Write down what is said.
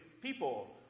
people